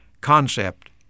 concept